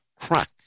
crack